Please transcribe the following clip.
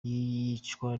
y’iyicwa